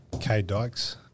K-Dykes